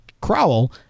Crowell